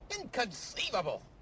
Inconceivable